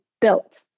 built